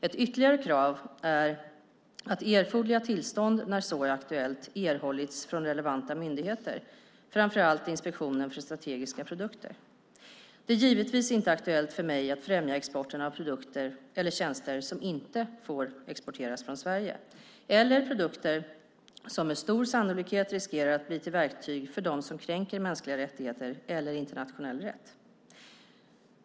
Ett ytterligare krav är att erforderliga tillstånd när så är aktuellt erhållits från relevanta myndigheter, framför allt Inspektionen för strategiska produkter. Det är givetvis inte aktuellt för mig att främja exporten av produkter eller tjänster som inte får exporteras från Sverige eller produkter som med stor sannolikhet riskerar att bli till verktyg för dem som kränker mänskliga rättigheter eller internationell rätt.